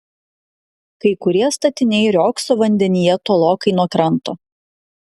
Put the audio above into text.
kai kurie statiniai riogso vandenyje tolokai nuo kranto